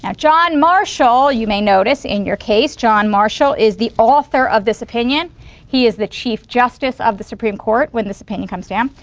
john marshall you may notice in your case john marshall is the author of this opinion he is the chief justice of the supreme court when this opinion comes down.